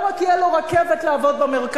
לא רק תהיה לו רכבת לעבוד במרכז,